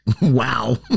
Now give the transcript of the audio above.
wow